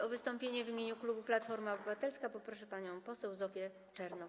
O wystąpienie w imieniu klubu Platforma Obywatelska poproszę panią poseł Zofię Czernow.